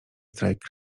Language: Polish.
strajk